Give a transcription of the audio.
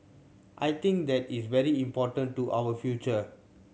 I think that is very important to our future